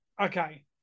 Okay